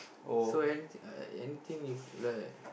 so any~ anything you feel like